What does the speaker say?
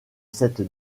cette